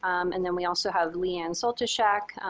um and then we also have leigh ann soltysiak,